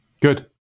Good